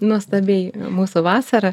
nuostabiai mūsų vasara